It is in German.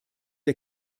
der